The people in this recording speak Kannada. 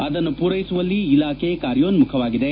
ಅದನ್ನು ಪೂರೈಸುವಲ್ಲಿ ಇಲಾಖೆ ಕಾಯೋನ್ಮಖವಾಗಿದೆ